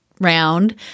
round